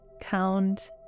Count